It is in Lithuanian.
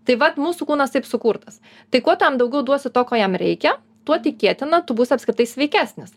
tai vat mūsų kūnas taip sukurtas tai kuo tu jam daugiau duosi to ko jam reikia tuo tikėtina tu būsi apskritai sveikesnis